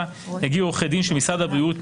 יגיעו עורכי הדין של משרד הבריאות,